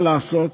מה לעשות,